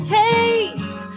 taste